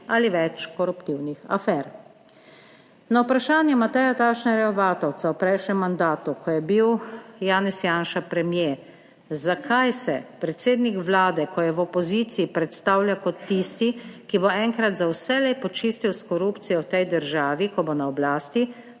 ali več koruptivnih afer. Na vprašanje Mateja Tašnerja Vatovca v prejšnjem mandatu, ko je bil Janez Janša premier, zakaj se predsednik Vlade, ko je v opoziciji, predstavlja kot tisti, ki bo enkrat za vselej počistil s korupcijo v tej državi, ko bo na oblasti,